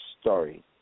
story